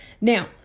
Now